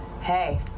Hey